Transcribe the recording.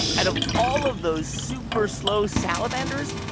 out of all of those super-slow salamanders,